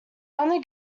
only